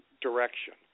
direction